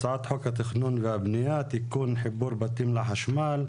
הצעת חוק התכנון והבנייה (תיקון חיבור בתים לחשמל),